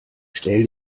stell